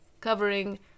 covering